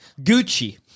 Gucci